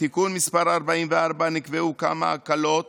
בתיקון מס' 44 נקבעו כמה הקלות